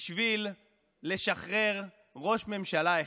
בשביל לשחרר ראש ממשלה אחד.